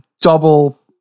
double